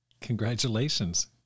Congratulations